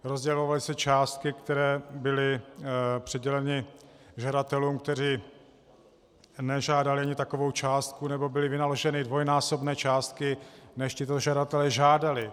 Rozdělovaly se částky, které byly přiděleny žadatelům, kteří nežádali ani takovou částku, nebo byly vynaloženy dvojnásobné částky, než tito žadatelé žádali.